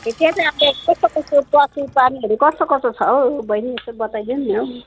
ए त्यहाँ चाहिँ अब कस्तो कस्तो पशुप्राणीहरू कस्तो कस्तो छ हौ बहिनी यसो बताइदिनु नि हौ